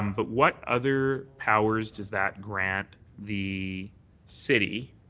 um but what other powers does that grant the city,